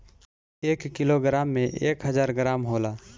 एक किलोग्राम में एक हजार ग्राम होला